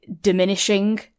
diminishing